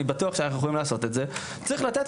אני בטוח שאנחנו יכולים לעשות את זה צריך לתת